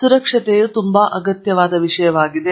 ಆದ್ದರಿಂದ ಈಗ ಸುರಕ್ಷತೆಯು ತುಂಬಾ ಬೋರ್ಡ್ ವಿಷಯವಾಗಿದೆ